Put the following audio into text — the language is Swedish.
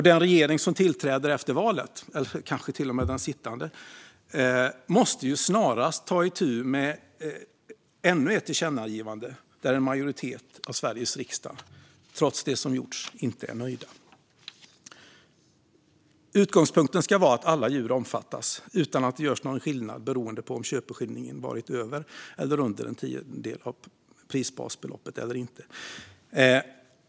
Den regering som tillträder efter valet, eller kanske till och med den sittande, måste snarast ta itu med ännu ett förslag till tillkännagivande där en majoritet av Sveriges riksdag, trots det som har gjorts, inte är nöjd. Utgångspunkten ska vara att alla djur omfattas utan att det görs någon skillnad beroende på om köpeskillingen varit över eller under en tiondel av prisbasbeloppet eller inte.